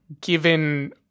given